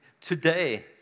Today